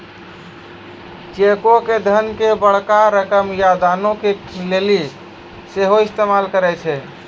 चेको के धन के बड़का रकम या दानो के लेली सेहो इस्तेमाल करै छै